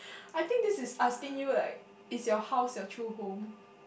I think this is asking you like is your house your true home